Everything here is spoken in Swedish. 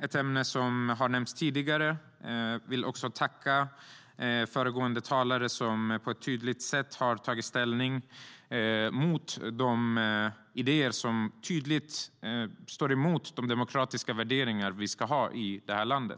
ett ämne som kom upp tidigare. Jag vill tacka föregående talare som på ett tydligt sätt tog ställning mot de idéer som strider mot de demokratiska värderingar vi ska ha i vårt land.